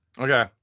Okay